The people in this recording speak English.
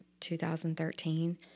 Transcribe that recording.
2013